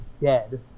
dead